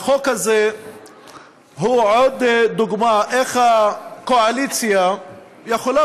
החוק הזה הוא עוד דוגמה איך הקואליציה יכולה